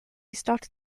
started